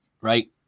right